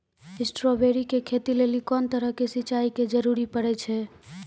Strawberry के खेती लेली कोंन तरह के सिंचाई के जरूरी पड़े छै?